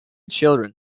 children